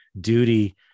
duty